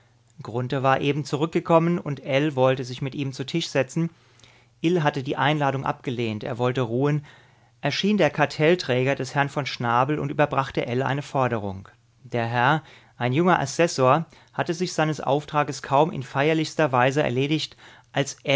war eben zurückgekommen und ell wollte sich mit ihm zu tisch setzen ill hatte die einladung abgelehnt er wollte ruhen erschien der kartellträger des herrn von schnabel und überbrachte ell eine forderung der herr ein junger assessor hatte sich seines auftrages kaum in feierlichster weise erledigt als